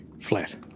Flat